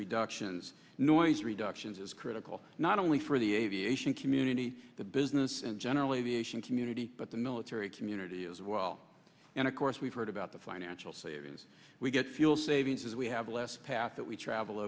reductions noise reductions is critical not only for the aviation community the business and generally the ation community but the military community as well and of course we've heard about the financial savings we get fuel savings as we have less path that we travel